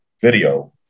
video